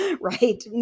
right